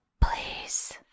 Please